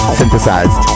synthesized